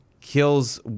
kills